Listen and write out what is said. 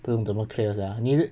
不懂怎么 clears sia